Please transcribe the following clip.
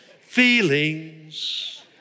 Feelings